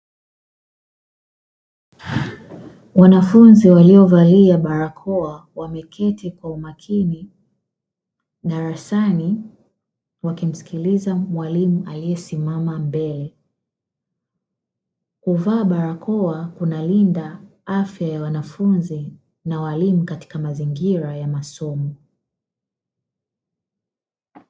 Wanafunzi waliovalia barakoa wameketi kwa umakini darasani wakimsikiliza mwalimu aliyesimama mbele. Kuvaa barakoa kunalinda afya ya wanafunzi na walimu katika mazingira ya masomo.